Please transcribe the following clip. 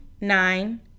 nine